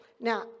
now